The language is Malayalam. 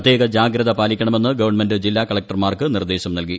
പ്രത്യേക ജാഗ്രത പാലിക്കണമെന്ന് ഗവൺമെന്റ് ജില്ലാ കളക്ടർമാർക്ക് നിർദ്ദേശം നൽകി